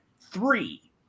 three